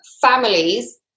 families